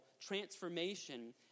transformation